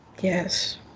yes